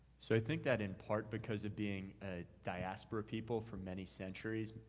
so, i think that in part, because of being a diaspora people for many centuries,